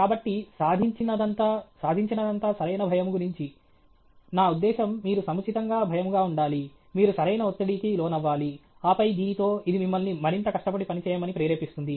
కాబట్టి సాధించినదంతా సాధించినదంతా సరైన భయము గురించి నా ఉద్దేశ్యం మీరు సముచితంగా భయముగా ఉండాలి మీరు సరైన ఒత్తిడికి లోనవ్వాలి ఆపై దీనితో ఇది మిమ్మల్ని మరింత కష్టపడి పనిచేయమని ప్రేరేపిస్తుంది